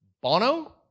Bono